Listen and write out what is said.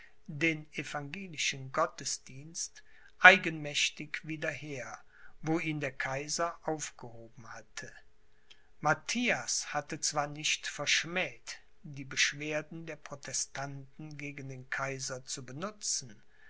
den evangelischen gottesdienst eigenmächtig wieder her wo ihn der kaiser aufgehoben hatte matthias hatte zwar nicht verschmäht die beschwerden der protestanten gegen den kaiser zu benutzen